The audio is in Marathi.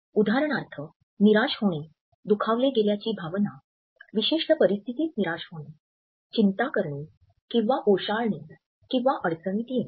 उदाहरणार्थ निराश होणे दुखावले गेल्याची भावना विशिष्ट परिस्थितीत निराश होणे चिंता करणे किंवा ओशाळणे किवा अडचणीत येणे